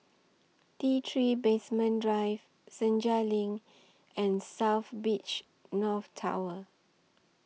T three Basement Drive Senja LINK and South Beach North Tower